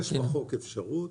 יש בחוק אפשרות